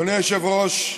אדוני היושב-ראש,